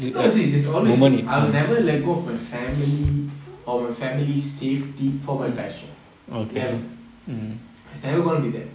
no you see it's always you see I will never let go of my family or my family safety for my passion never it's never going to be that